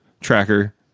tracker